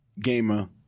Gamer